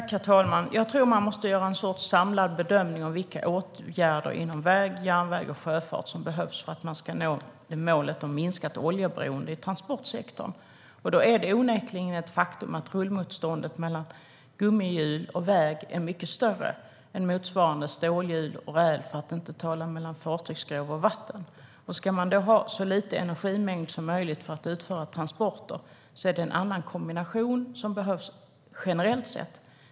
Herr talman! Jag tror att man måste göra en samlad bedömning av vilka åtgärder inom väg, järnväg och sjöfart som behövs för att man ska nå målet om minskat oljeberoende i transportsektorn. Då är det onekligen ett faktum att rullmotståndet mellan gummihjul och väg är större än rullmotståndet mellan stålhjul och räl, för att inte tala om friktionen mellan fartygsskrov och vatten. Ska man då ha så liten energimängd som möjligt för att utföra transporter är det en annan kombination som behövs, generellt sett.